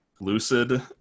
Lucid